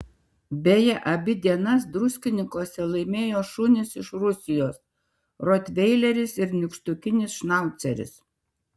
beje abi dienas druskininkuose laimėjo šunys iš rusijos rotveileris ir nykštukinis šnauceris